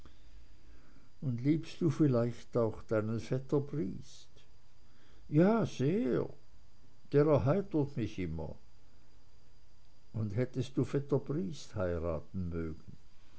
und liebst du vielleicht auch deinen vetter briest ja sehr der erheitert mich immer und hättest du vetter briest heiraten mögen